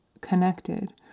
connected